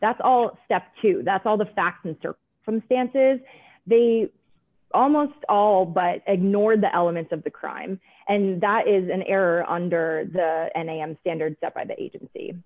that's all step two that's all the facts are from stances they almost all but ignore the elements of the crime and that is an error under the and i am standard set by the agency